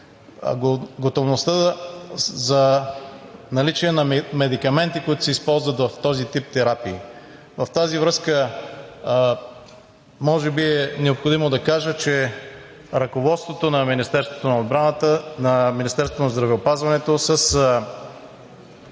готовността за наличие на медикаменти, които се използват в този тип терапии. В тази връзка може би е необходимо да кажа, че ръководството на Министерството на здравеопазването с